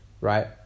right